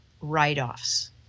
write-offs